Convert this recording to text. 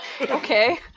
Okay